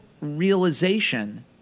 realization